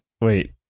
Wait